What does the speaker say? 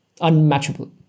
unmatchable